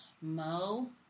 Mo